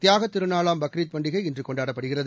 தியாகத் திருநாளாம் பக்ரித் பண்டிகை இன்று கொண்டாடப்படுகிறது